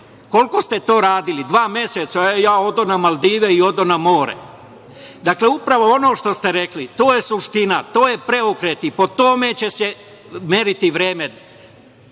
koliko ste to radili, dva meseca pa odo na Maldive i na more. Dakle, upravo ono što ste rekli, to je suština, to je preokret i po tome će se meriti vreme.